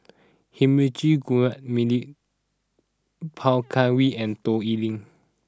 Heinrich Gouh Emil Poh Kay Wee and Toh Liying